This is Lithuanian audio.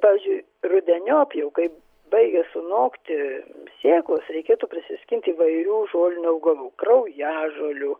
pavyzdžiui rudeniop jau kai baigia sunokti sėklos reikėtų prisiskinti įvairių žolinių augalų kraujažolių